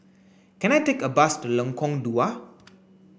can I take a bus to Lengkong Dua